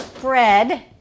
bread